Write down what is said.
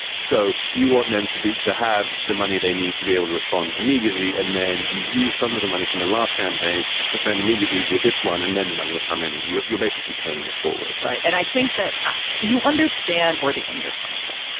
so you want them to be to have the money they need to be able to respond immediately. and then you use some of the money from the last campaign to spend immediately with this one. and then the money will come in and you're basically paying it forward right. and i think that you understand where the anger comes from.